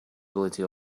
ability